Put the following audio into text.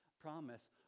promise